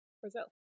Brazil